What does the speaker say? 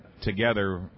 together